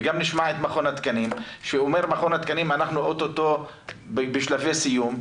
וגם נשמע את מכון התקנים שאומר מכון התקנים שהם אוטוטו בשלבי סיום,